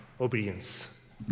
obedience